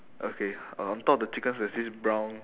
okay uh on top of the chickens there's this brown